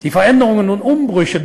אני אתחיל בביטחון ושלום.